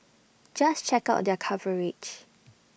just check out their coverage